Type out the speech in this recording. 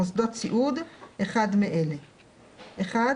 סעיף 1יא(ו)(1)